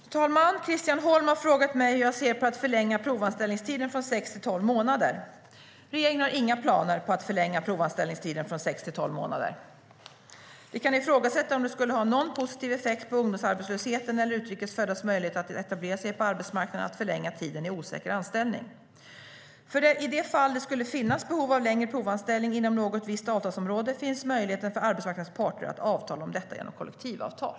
Herr talman! Christian Holm har frågat mig hur jag ser på att förlänga provanställningstiden från sex till tolv månader. Regeringen har inga planer på att förlänga provanställningstiden från sex till tolv månader. Det kan ifrågasättas om det skulle ha någon positiv effekt på ungdomsarbetslösheten eller utrikes föddas möjlighet att etablera sig på arbetsmarknaden att förlänga tiden i osäker anställning. I det fall det skulle finnas behov av längre provanställning inom något visst avtalsområde finns möjligheten för arbetsmarknadens parter att avtala om detta genom kollektivavtal.